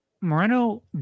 Moreno